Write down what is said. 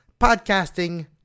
Podcasting